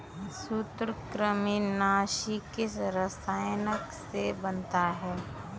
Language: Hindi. सूत्रकृमिनाशी किस रसायन से बनता है?